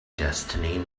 destiny